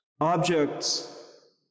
Objects